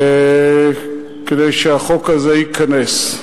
כדי שהחוק הזה ייכנס.